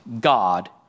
God